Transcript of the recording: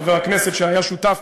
חבר הכנסת שהיה שותף,